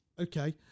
okay